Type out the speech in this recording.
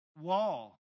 wall